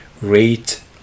rate